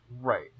Right